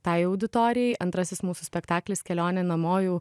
tai auditorijai antrasis mūsų spektaklis kelionė namo jau